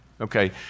okay